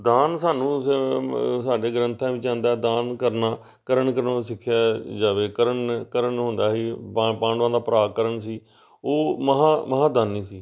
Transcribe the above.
ਦਾਨ ਸਾਨੂੰ ਸਾਡੇ ਗ੍ਰੰਥਾਂ ਵਿੱਚ ਆਉਂਦਾ ਦਾਨ ਕਰਨਾ ਕਰਨ ਕਰਾਨ ਸਿੱਖਿਆ ਜਾਵੇ ਕਰਨ ਕਰਨ ਹੁੰਦਾ ਸੀ ਪਾਂ ਪਾਂਡਵਾਂ ਦਾ ਭਰਾ ਕਰਨ ਸੀ ਉਹ ਮਹਾਂ ਮਹਾਂਦਾਨੀ ਸੀ